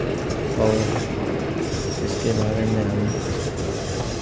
और इसके बारे में हम